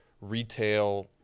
retail